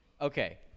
Okay